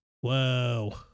Whoa